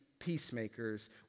Peacemakers